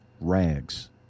rags